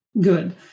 good